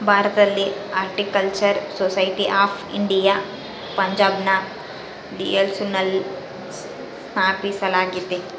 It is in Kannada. ಭಾರತದಲ್ಲಿ ಹಾರ್ಟಿಕಲ್ಚರಲ್ ಸೊಸೈಟಿ ಆಫ್ ಇಂಡಿಯಾ ಪಂಜಾಬ್ನ ಲಿಯಾಲ್ಪುರ್ನಲ್ಲ ಸ್ಥಾಪಿಸಲಾಗ್ಯತೆ